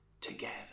together